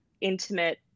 intimate